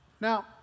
Now